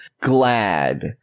glad